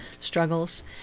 struggles